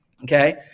okay